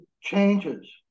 changes